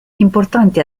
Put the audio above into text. importante